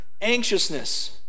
anxiousness